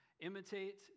imitate